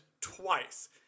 twice